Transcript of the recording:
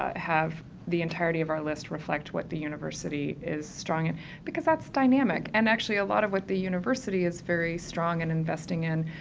ah have the entirety of our list reflect what the university is strong in because that's dynamic and actually a lot of what the university is very strong and investing in,